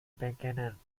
beginnen